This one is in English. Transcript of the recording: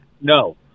No